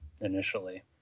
initially